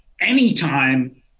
anytime